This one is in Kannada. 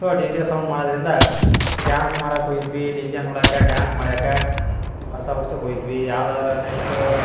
ಸೊ ಡಿ ಜೆ ಸೌಂಡ್ ಮಾಡೋದರಿಂದ ಡ್ಯಾನ್ಸ್ ಮಾಡಕ್ಕೆ ಹೋಗಿದ್ವಿ ಡಿ ಜೆ ನೋಡಕ್ಕೆ ಡ್ಯಾನ್ಸ್ ಮಾಡ್ಯಾಕ್ಕ ಹೊಸ ವರ್ಷಕ್ಕೆ ಹೋಗಿದ್ವಿ ಯಾವ್ದಾರ ನೆಕ್ಸ್ಟ್